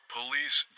Police